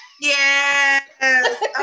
Yes